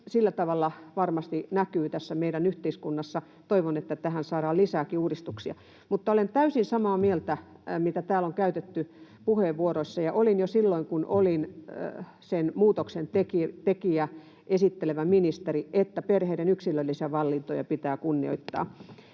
sillä tavalla varmasti näkyy tässä meidän yhteiskunnassa. Toivon, että tähän saadaan lisääkin uudistuksia. Mutta olen täysin samaa mieltä, kuin täällä käytetyissä puheenvuoroissa, olin jo silloin, kun olin sen muutoksen tekijä, esittelevä ministeri, että perheiden yksilöllisiä valintoja pitää kunnioittaa,